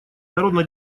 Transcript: народно